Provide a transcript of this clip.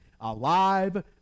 alive